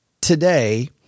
today